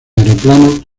aeroplanos